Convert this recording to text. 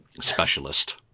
specialist